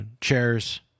chairs